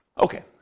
Okay